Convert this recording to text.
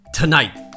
Tonight